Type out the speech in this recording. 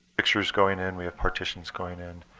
pictures going in. we have partitions going in.